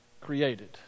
created